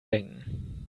denken